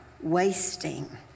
wasting